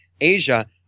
Asia